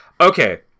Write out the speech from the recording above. okay